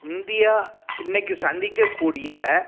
India இன்றைக்கு சந்திக்கக்கூடிய